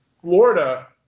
Florida